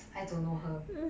I don't know her